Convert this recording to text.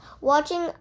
watching